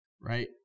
right